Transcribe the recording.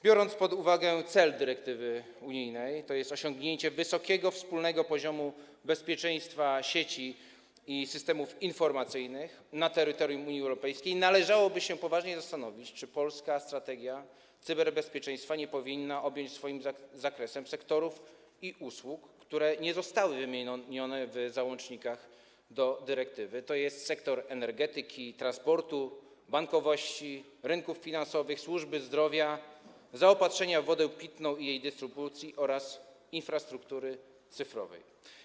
Biorąc pod uwagę cel dyrektywy unijnej, tj. osiągnięcie wysokiego wspólnego poziomu bezpieczeństwa sieci i systemów informacyjnych na terytorium Unii Europejskiej, należałoby się poważnie zastanowić, czy polska strategia cyberbezpieczeństwa nie powinna objąć swoim zakresem sektorów i usług, które nie zostały wymienione w załącznikach do dyrektywy, tj. sektorów: energetyki, transportu, bankowości, rynków finansowych, służby zdrowia, zaopatrzenia w wodę pitną i jej dystrybucji oraz infrastruktury cyfrowej.